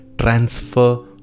transfer